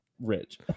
rich